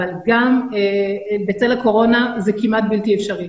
אבל גם בצל הקורונה זה כמעט בלתי אפשרי,